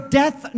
death